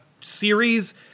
series